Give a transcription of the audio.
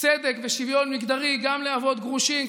צדק ושוויון מגדרי גם לאבות גרושים,